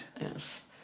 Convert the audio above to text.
Yes